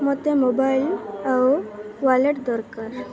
ମୋତେ ମୋବାଇଲ୍ ଆଉ ୱାଲେଟ୍ ଦରକାର